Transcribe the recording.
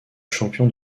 champion